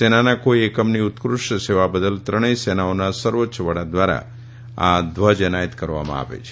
સેનાના કોઇ એકમની ઉત્કૃષ્ટ સેવા બદલ ત્રણેય સેનાઓના સર્વોચ્ય વડા ધ્વારા આ ધ્વજ એનાયત કરવામાં આવે છે